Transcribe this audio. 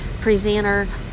presenter